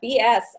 BS